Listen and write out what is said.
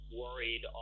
worried